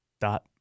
Dot